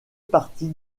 partie